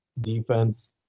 defense